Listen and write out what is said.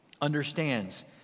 understands